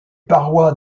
parois